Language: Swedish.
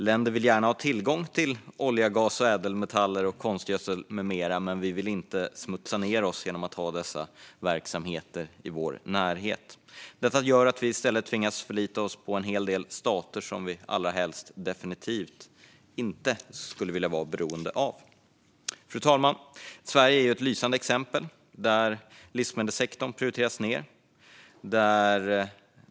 Länder vill gärna ha tillgång till olja, gas, ädelmetaller, konstgödsel med mera, men vi vill inte smutsa ned oss genom att ha dessa verksamheter i vår närhet. Detta gör att vi i stället tvingas förlita oss på en hel del stater som vi allra helst definitivt inte skulle vilja vara beroende av. Fru talman! Sverige är ett lysande exempel på detta. Livsmedelssektorn prioriteras ned.